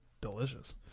delicious